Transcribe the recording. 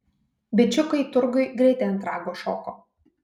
bičiukai turguj greitai ant rago šoko